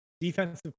defensive